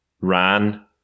ran